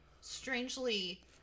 strangely